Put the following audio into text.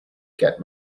get